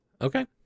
Okay